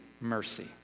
mercy